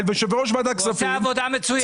ויושב ראש ועדת הכספים --- הוא עושה עבודה מצוינת.